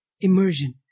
immersion